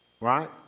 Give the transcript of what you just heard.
right